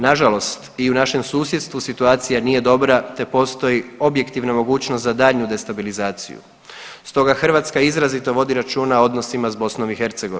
Nažalost, i u našem susjedstvu situacija nije dobra te postoji objektivna mogućnost za daljnju destabilizaciju, stoga Hrvatska izrazito vodi računa o odnosima s BiH.